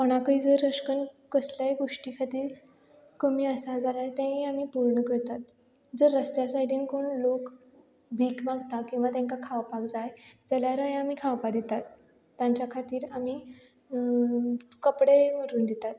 कोणाकय जर अशें कन्न कसलेंय गोश्टी खातीर कमी आसा जाल्यार तेंय आमी पूर्ण करतात जर रस्त्या सायडीन कोण लोक भीक मागतात किंवां तेंकां खावपाक जाय जाल्यारय आमी खावपाक दिता तांच्या खातीर आमी कपडेय व्हरून दितात